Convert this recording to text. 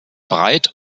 breit